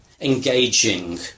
engaging